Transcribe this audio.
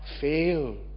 fail